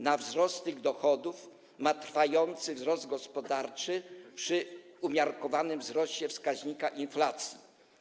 Na wzrost tych dochodów ma wpływ trwający wzrost gospodarczy przy umiarkowanym wzroście wskaźnika inflacji.